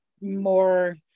more